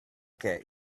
che